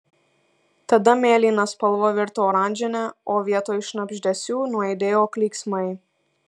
tada mėlyna spalva virto oranžine o vietoj šnabždesių nuaidėjo klyksmai